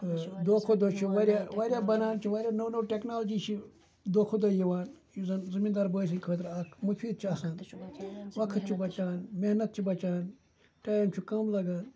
دۄہ کھۄتہٕ دۄہ چھِ یِم واریاہ واریاہ بَنان چھِ واریاہ نوٚو نوٚو ٹٮ۪کنالجی چھِ دۄہ کھۄتہٕ دۄہ یِوان یُس زَن زٔمیٖندار بٲے سٕنٛدِ خٲطرٕ اَکھ مُفیٖد چھِ آسان وقت چھُ بَچان محنت چھِ بَچان ٹایم چھُ کَم لَگان